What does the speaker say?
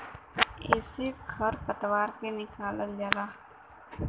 एसे खर पतवार के निकालल जाला